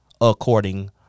according